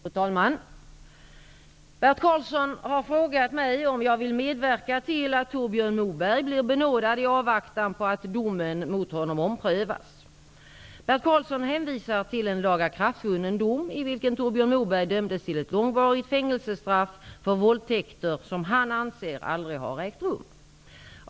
Fru talman! Bert Karlsson har frågat mig om jag vill medverka till att Torbjörn Moberg blir benådad i avvaktan på att domen mot honom omprövas. Bert Karlsson hänvisar till en lagakraftvunnen dom i vilken Torbjörn Moberg dömdes till ett långvarigt fängelsestraff för våldtäkter som han anser aldrig har ägt rum.